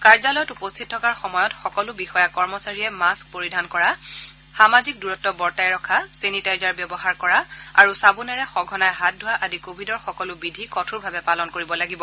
কাৰ্যালয়ত উপস্থিত থকাৰ সময়ত সকলো বিষয়া কৰ্মচাৰীয়ে মাস্ক পৰিধান কৰা সামাজিক দূৰত্ব বৰ্তাই ৰখা চেনিটাইজাৰ ব্যৱহাৰ কৰা আৰু চাবোনেৰে সঘনাই হাত ধুৱা আদি কোভিডৰ সকলো বিধি কঠোৰভাৱে পালন কৰিব লাগিব